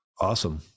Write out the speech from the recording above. Awesome